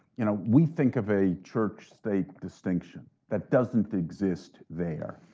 you know we think of a church-state distinction. that doesn't exist there.